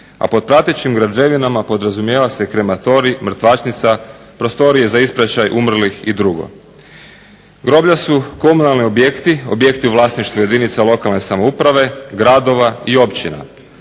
a pod pratećim građevinama podrazumijeva se krematorij, mrtvačnica, prostorije za ispraćaj umrlih i drugo. Groblja su komunalni objekti, objekti u vlasništvu jedinica lokalne samouprave, gradova i općina,